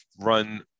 run